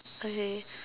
okay